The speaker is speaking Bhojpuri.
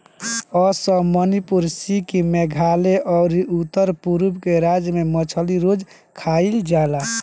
असम, मणिपुर, सिक्किम, मेघालय अउरी उत्तर पूरब के राज्य में मछली रोज खाईल जाला